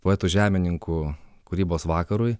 poetų žemininkų kūrybos vakarui